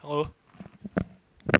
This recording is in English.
oh